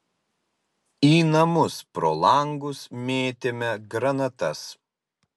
į namus pro langus mėtėme granatas